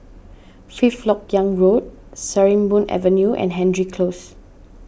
Fifth Lok Yang Road Sarimbun Avenue and Hendry Close